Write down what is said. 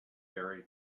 ferry